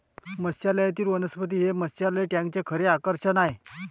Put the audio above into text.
मत्स्यालयातील वनस्पती हे मत्स्यालय टँकचे खरे आकर्षण आहे